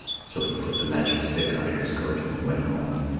so he put the magic stick under his coat and went home.